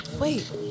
Wait